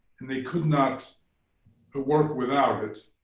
and they could not ah work without it.